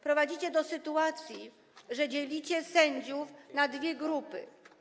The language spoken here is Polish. Prowadzicie do takiej sytuacji, że dzielicie sędziów na dwie grupy.